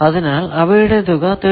അതിനാൽ അവയുടെ തുക 13